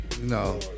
No